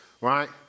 right